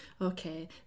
okay